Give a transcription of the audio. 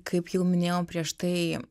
kaip jau minėjau prieš tai